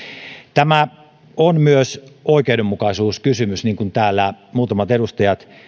tämä on myös oikeudenmukaisuuskysymys niin kuin täällä muutamat edustajat